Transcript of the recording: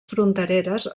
frontereres